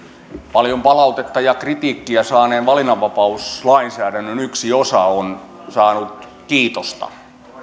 paljon palautetta ja kritiikkiä saaneen valinnanvapauslainsäädännön yksi osa on saanut kiitosta